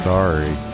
Sorry